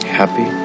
happy